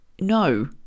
no